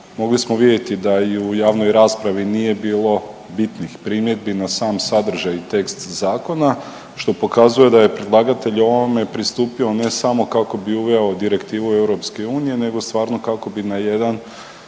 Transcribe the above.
Mogli smo vidjeti da i u javnoj raspravi nije bilo bitnih primjedbi na sami sadržaj i tekst zakona što pokazuje da je predlagatelj ovome pristupio ne samo kako bi uveo Direktivu EU nego stvarno kako bi na jedan